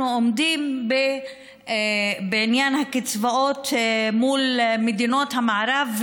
עומדים בעניין הקצבאות מול מדינות המערב,